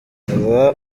aba